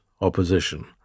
opposition